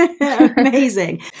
Amazing